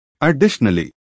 Additionally